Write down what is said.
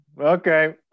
okay